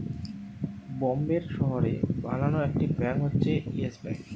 বোম্বের শহরে বানানো একটি ব্যাঙ্ক হচ্ছে ইয়েস ব্যাঙ্ক